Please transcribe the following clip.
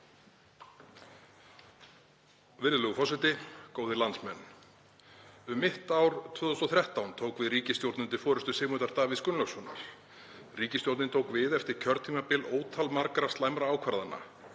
Virðulegur forseti. Góðir landsmenn. Um mitt ár 2013 tók við ríkisstjórn undir forystu Sigmundar Davíðs Gunnlaugssonar. Ríkisstjórnin tók við eftir kjörtímabil ótalmargra slæmra ákvarðana